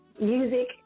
music